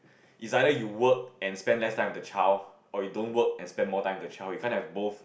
is either you work and spend less time with the child or you don't work and spend more time with the child you can't have both